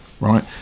right